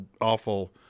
awful –